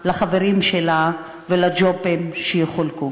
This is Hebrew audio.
לחברים שלה ולג'ובים שיחולקו.